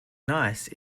nice